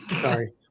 Sorry